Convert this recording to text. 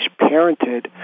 parented